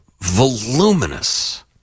voluminous